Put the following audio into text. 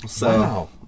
Wow